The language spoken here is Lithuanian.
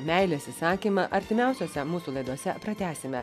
meilės įsakymą artimiausiose mūsų laidose pratęsime